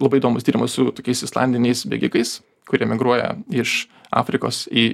labai įdomus tyrimas su tokiais islandiniais bėgikais kurie migruoja iš afrikos į